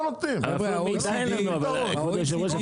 היושב ראש,